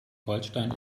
holstein